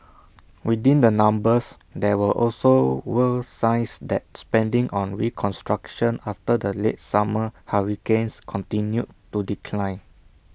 within the numbers there were also were signs that spending on reconstruction after the late summer hurricanes continued to decline